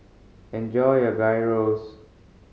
enjoy your Gyros